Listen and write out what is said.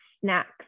snacks